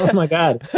my god.